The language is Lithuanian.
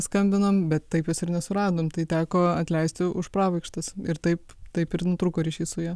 skambinom bet taip jos ir nesuradom tai teko atleisti už pravaikštas ir taip taip ir nutrūko ryšis su ja